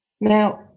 Now